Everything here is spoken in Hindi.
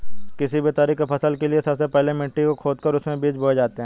किसी भी तरह की फसल के लिए सबसे पहले मिट्टी को खोदकर उसमें बीज बोए जाते हैं